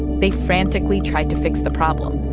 they frantically tried to fix the problem,